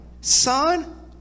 Son